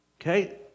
Okay